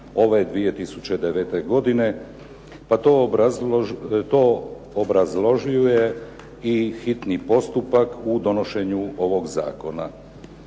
ove 2009. godine pa to obrazložuje i hitni postupak u donošenju ovog zakona.